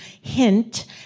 hint